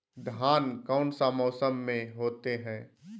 धान कौन सा मौसम में होते है?